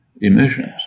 emissions